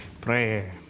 prayer